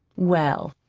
well,